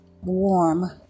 warm